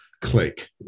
click